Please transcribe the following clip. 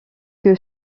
que